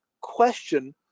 question